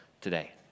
today